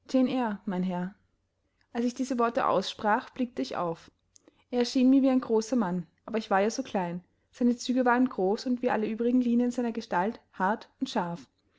mein herr als ich diese worte aussprach blickte ich auf er erschien mir wie ein großer mann aber ich war ja so klein seine züge waren groß und wie alle übrigen linien seiner gestalt hart und scharf